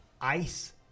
ice